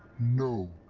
no!